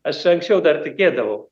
aš anksčiau dar tikėdavau